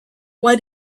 why